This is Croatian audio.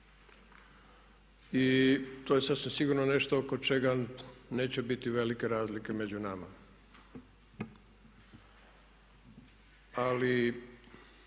I to je sasvim sigurno nešto oko čega neće biti velike razlike među nama. Ali